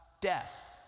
death